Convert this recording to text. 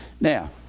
Now